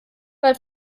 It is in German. weil